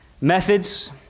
methods